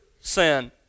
sin